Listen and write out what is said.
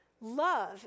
love